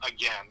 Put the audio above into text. again